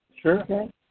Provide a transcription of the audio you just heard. Sure